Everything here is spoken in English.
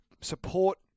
support